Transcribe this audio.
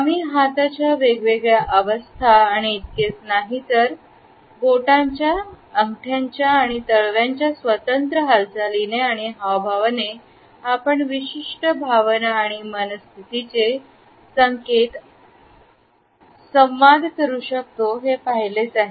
आम्ही हाताच्या वेगवेगळ्या अवस्था आणि इतकेच नाही तर बोटांच्या अंगठ्याच्या आणि तळव्यांच्या स्वतंत्र हालचालीने आणि हावभावाने आपण विशिष्ट भावना आणि मनस्थितीचे संकेत संवादामध्ये करू शकतो हे पाहिलेच आहे